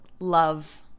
love